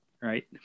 right